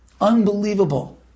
Unbelievable